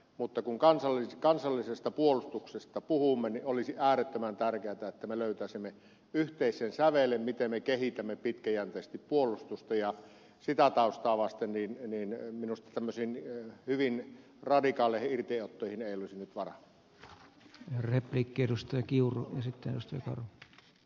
mutta kun kansallisesta puolustuksesta puhumme niin olisi äärettömän tärkeätä että me löytäisimme yhteisen sävelen miten me kehitämme pitkäjänteisesti puolustusta ja sitä taustaa vasten minusta tämmöisiin hyvin radikaaleihin irtiottoihin ei olisi nyt varaa